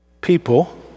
People